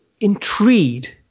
intrigued